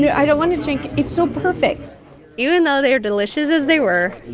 yeah i don't want to drink it's so perfect even though they are delicious as they were.